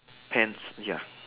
pants ya